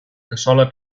cassola